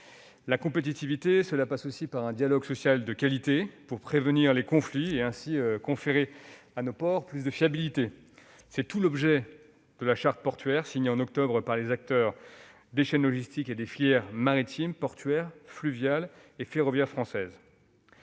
La compétitivité passe aussi par un dialogue social de qualité, pour prévenir les conflits et ainsi conférer à nos ports davantage de fiabilité. C'est tout l'objet de la charte portuaire signée en octobre par les acteurs des chaînes logistiques et des filières maritime, portuaire, fluviale et ferroviaire françaises.